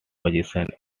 position